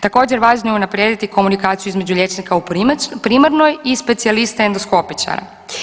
Također važno je unaprijediti komunikaciju između liječnika u primarnoj i specijalista endoskopičara.